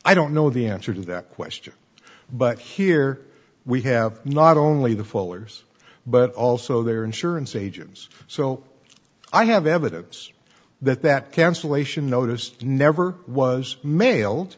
i don't know the answer to that question but here we have not only the fullers but also their insurance agents so i have evidence that that cancellation notice never was maile